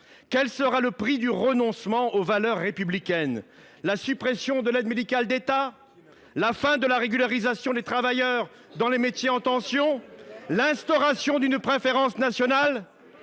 Quel sera le prix du renoncement aux valeurs républicaines ? La suppression de l’aide médicale de l’État ? La fin de la régularisation des travailleurs dans les métiers en tension ? L’instauration d’une préférence nationale ?